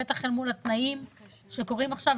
בטח אל מול התנאים שקורים עכשיו,